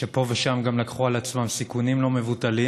שפה ושם גם לקחו על עצמם סיכונים לא מבוטלים.